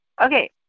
okay